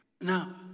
Now